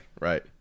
right